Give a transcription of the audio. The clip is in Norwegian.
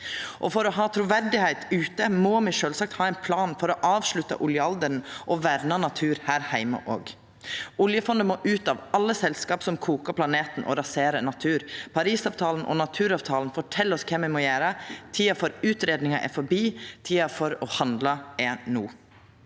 For å ha truverd ute må me sjølvsagt òg ha ein plan for å avslutta oljealderen og verna natur her heime. Oljefondet må ut av alle selskap som kokar planeten og raserer natur. Parisavtalen og naturavtalen fortel oss kva me må gjera. Tida for utgreiingar er forbi. Tida for å handla er no.